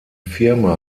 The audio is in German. firma